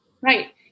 right